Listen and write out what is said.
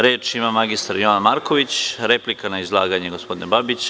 Reč ima mr Jovan Marković, replika na izlaganje gospodina Babića.